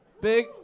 Big